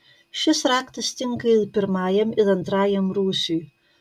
šis raktas tinka ir pirmajam ir antrajam rūsiui